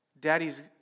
Daddy's